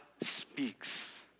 speaks